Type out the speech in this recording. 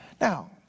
Now